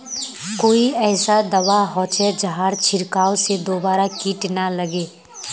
कोई ऐसा दवा होचे जहार छीरकाओ से दोबारा किट ना लगे?